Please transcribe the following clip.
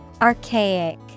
Archaic